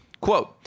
Quote